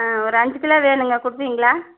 ஆ ஒரு அஞ்சு கிலோ வேணும்ங்க கொடுப்பீங்களா